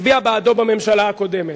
הצביעה בעדו בממשלה הקודמת.